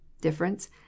difference